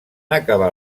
acabar